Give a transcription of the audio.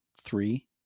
three